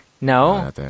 No